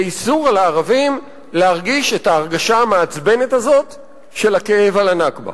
באיסור לערבים להרגיש את ההרגשה המעצבנת הזאת של הכאב על ה"נכבה".